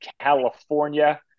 California